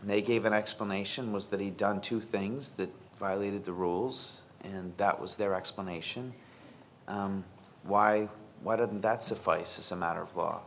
and they gave an explanation was that he done two things that violated the rules and that was their explanation why why didn't that suffice as a matter of law